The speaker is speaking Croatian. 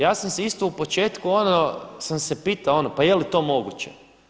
Ja sam se isto u početku ono sam se pitao, ono pa je li to moguće?